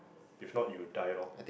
if not you die loh